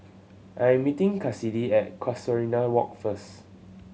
I am meeting Kassidy at Casuarina Walk first